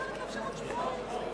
היושב-ראש,